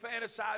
fantasize